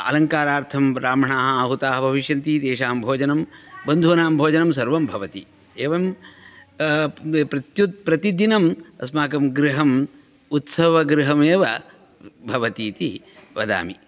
आलङ्कारार्थं ब्राह्मणाः आहूताः भविष्यन्ति तेषां भोजनं बन्धुनां भोजनं सर्वं भवति एवं प्रतिदिनम् अस्माकं गृहम् उत्सवगृहमेव भवति इति वदामि